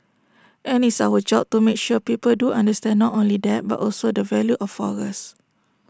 and it's our job to make sure people do understand not only that but also the value of forest